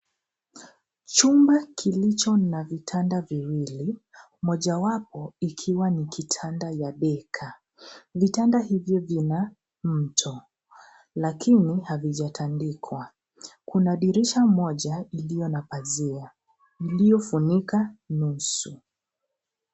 Chumba kilicho n vitanda viwili mojawapo ikiwa ni kitanda ya deka. Vitanda hivi vina mto lakini havijatandikwa. kuna dirisha moja iliyo na pazia iliyofunika nusu.